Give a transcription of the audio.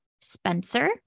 Spencer